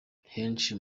henshi